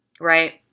Right